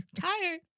tired